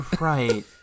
Right